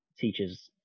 teachers